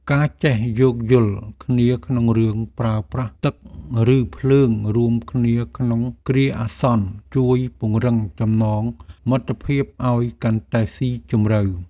ការចេះយោគយល់គ្នាក្នុងរឿងប្រើប្រាស់ទឹកឬភ្លើងរួមគ្នាក្នុងគ្រាអាសន្នជួយពង្រឹងចំណងមិត្តភាពឱ្យកាន់តែស៊ីជម្រៅ។